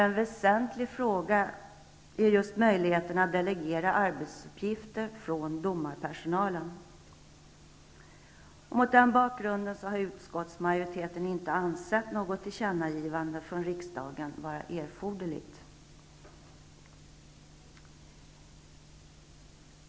En väsenlig sak i det sammanhanget är just möjligheten att delegera arbetsuppgifter från domarpersonalen. Mot den bakgrunden har utskottsmajoriteten inte ansett något tillkännagivande från riksdagen vara erforderligt.